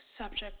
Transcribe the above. subject